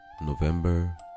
november